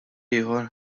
ieħor